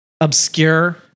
obscure